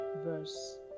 verse